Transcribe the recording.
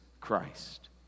christ